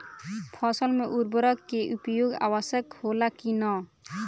फसल में उर्वरक के उपयोग आवश्यक होला कि न?